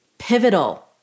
pivotal